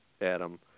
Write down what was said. Adam